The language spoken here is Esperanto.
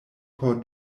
por